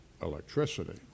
electricity